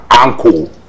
uncle